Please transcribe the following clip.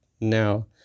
now